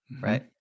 right